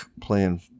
playing